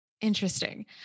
Interesting